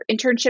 internship